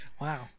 Wow